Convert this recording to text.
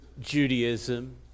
Judaism